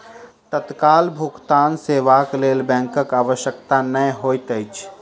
तत्काल भुगतान सेवाक लेल बैंकक आवश्यकता नै होइत अछि